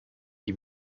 die